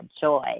joy